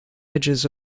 edges